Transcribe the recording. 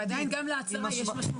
ועדיין גם להצהרה יש משמעות.